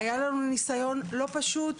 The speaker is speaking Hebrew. היה לנו ניסיון לא פשוט,